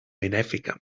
benèfica